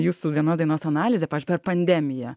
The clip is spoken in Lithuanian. jūsų vienos dainos analizė per pandemiją